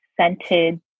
scented